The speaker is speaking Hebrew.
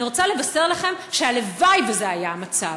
אני רוצה לבשר לכם שהלוואי שזה היה המצב.